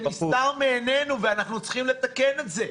שנסתר מעינינו ואנחנו צריכים לתקן את זה.